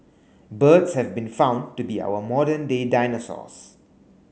birds have been found to be our modern day dinosaurs